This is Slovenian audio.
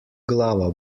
glava